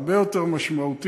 זה הרבה יותר משמעותי.